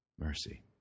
Mercy